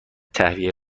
تهویه